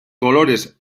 colores